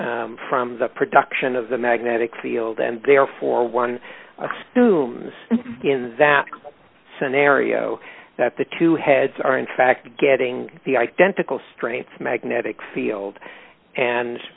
distant from the production of the magnetic field and therefore one assumes in that scenario that the two heads are in fact getting the identical strengths magnetic field and